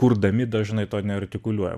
kurdami dažnai to neartikuliuojam